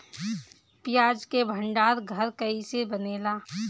प्याज के भंडार घर कईसे बनेला?